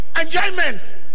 Enjoyment